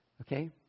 Okay